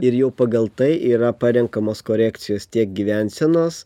ir jau pagal tai yra parenkamos korekcijos tiek gyvensenos